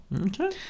Okay